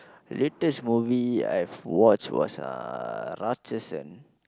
latest movie I've watched was uh Raatchasan